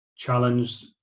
challenge